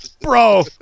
Bro